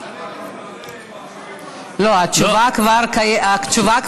תשובה והצבעה בשבוע הבא?